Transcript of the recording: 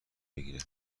بگیره